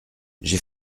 j’ai